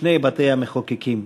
ושני בתי-המחוקקים.